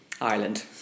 Ireland